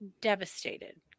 devastated